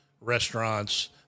restaurants